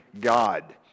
God